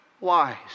wise